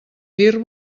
dir